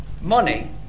Money